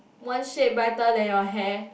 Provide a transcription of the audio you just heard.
one shade brighter than your hair